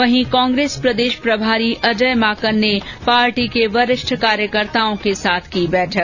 वहीं कांग्रेस प्रदेश प्रभारी अजय माकन ने पार्टी के वरिष्ठ कार्यकर्ताओं के साथ की बैठक